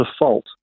default